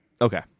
Okay